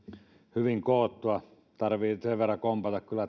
hyvin koottua tarvitsee sen verran kompata kyllä